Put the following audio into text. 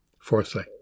Fourthly